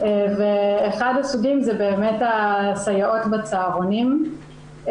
ואחד הסוגים זה הסייעות בצהרונים.